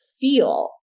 feel